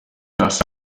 das